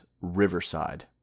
Riverside